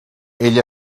ell